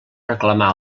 reclamar